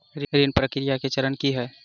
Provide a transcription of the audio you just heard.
ऋण प्रक्रिया केँ चरण की है?